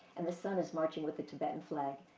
and the son is marching with the tibetan flag.